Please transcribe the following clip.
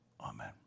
Amen